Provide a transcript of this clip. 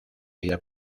vida